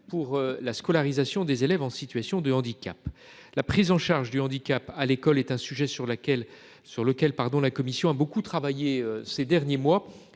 pour la scolarisation des élèves en situation de handicap. La prise en charge du handicap à l'école est un sujet sur lequel sur lequel pardon. La commission a beaucoup travaillé ces derniers mois